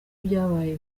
ibyabaye